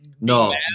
no